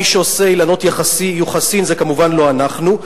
מי שעושה אילנות יוחסין זה כמובן לא אנחנו,